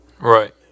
Right